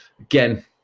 again